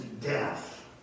death